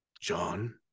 John